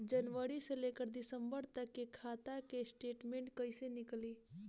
जनवरी से लेकर दिसंबर तक के खाता के स्टेटमेंट कइसे निकलि?